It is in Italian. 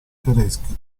tedeschi